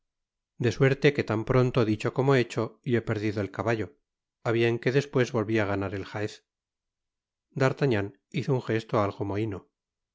de suerte que tan pronto dicho como hecho y he perdido el caballo a bien que despues volví á ganar el jaez d'artagnan hizo un jesto algo mohíno